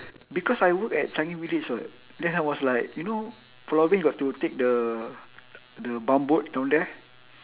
because I work at changi village [what] then I was like you know pulau ubin got to take the the bumboat down there